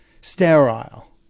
sterile